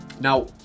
Now